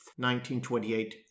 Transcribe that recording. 1928